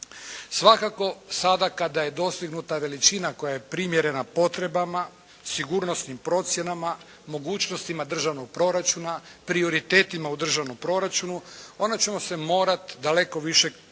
Svakako, sada kada je dostignuta veličina koja je primjerena potrebama, sigurnosnim procjenama mogućnostima državnog proračuna, prioritetima u državnom proračunu onda ćemo se morati daleko više koncentrirati